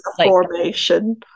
formation